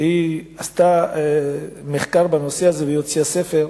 היא עשתה מחקר בנושא הזה והיא הוציאה ספר.